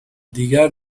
دیگر